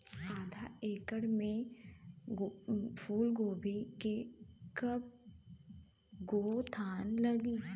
आधा एकड़ में फूलगोभी के कव गो थान लागी?